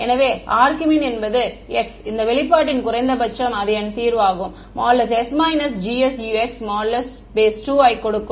எனவே ஆர்க்மின் என்பது x இந்த வெளிப்பாட்டின் குறைந்தபட்சம் அது என் தீர்வு ||s GsUx||2 ஐக் கொடுக்கும்